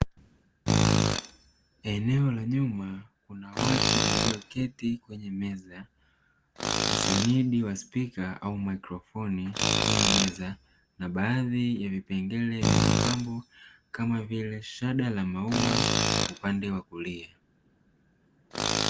Eneo la nyuma kuna watu walioketi kwenye meza, usanidi wa spika au maikrofoni kwenye meza na baadhi ya vipengele vya mapambo kama vile shada la maua upande wa kulia.